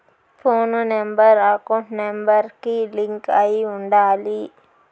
పోను number account number కి link అయ్యి ఉండాలి